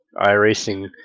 iRacing